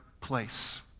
place